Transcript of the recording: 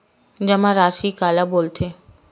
जमा राशि काला बोलथे?